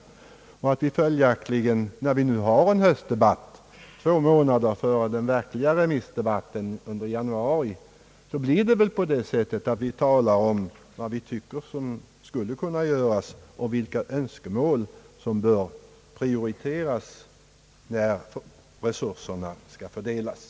När vi nu har en höstdebatt två månader före den verkliga remissdebatten i januari nästa år blir det väl på det sättet att vi talar om vad vi tycker borde göras och diskuterar vilka utgifter som bör prioriteras när resurserna skall fördelas.